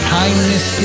kindness